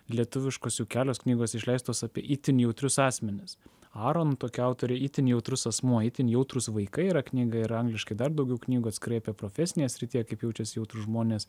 lietuviškos jau kelios knygos išleistos apie itin jautrius asmenis aron tokia autorė itin jautrus asmuo itin jautrūs vaikai yra knyga yra angliškai dar daugiau knygų atskirai apie profesinėje srityje kaip jaučiasi jautrūs žmonės